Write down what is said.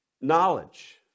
knowledge